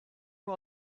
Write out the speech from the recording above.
nur